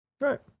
Right